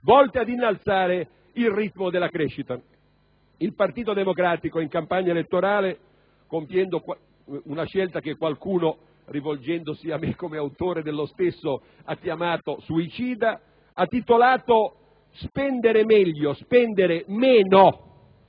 volte ad innalzare il ritmo della crescita. Il Partito Democratico, in campagna elettorale (compiendo una scelta che qualcuno, rivolgendosi a me come autore dello stesso, ha chiamato suicida) ha titolato «spendere meglio, spendere meno»